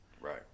right